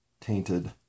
tainted